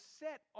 set